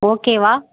ஓகேவா